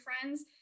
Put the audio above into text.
friends